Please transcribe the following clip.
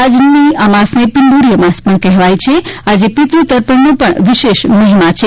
આજની અમાસને પીંઠોરી અમાસ પણ કહેવાય છે આજે પિતૃતર્પણનો પણ વિશેષ મહિલા છે